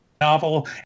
novel